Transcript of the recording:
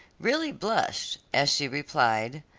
really blushed as she replied,